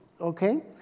okay